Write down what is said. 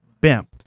Bam